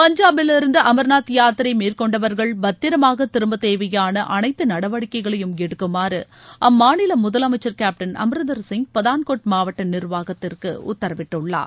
பஞ்சாபிலிருந்து அமர்நாத் யாத்திரை மேற்கொண்டவர்கள் பத்திரமாக திரும்ப தேவையாள அனைத்து நடவடிக்கைகளையும் எடுக்குமாறு அம்மாநில முதலமைச்சர் கேப்டன் அம்ரீந்தர் சிங் பத்தான்கோட் மாவட்ட நிர்வாகத்திற்கு உத்தரவிட்டுள்ளார்